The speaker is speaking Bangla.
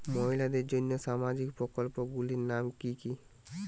মহিলাদের জন্য সামাজিক প্রকল্প গুলির নাম কি কি?